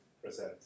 present